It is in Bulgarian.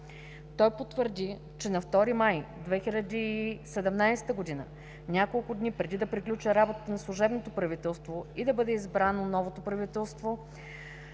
Той потвърди, че на 2 май 2017 г. – няколко дни преди да приключи работата на служебното правителство и да бъде избрано новото правителство